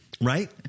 Right